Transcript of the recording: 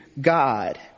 God